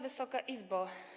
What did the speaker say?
Wysoka Izbo!